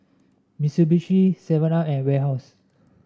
Mitsubishi Seven Up and Warehouse